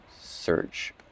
search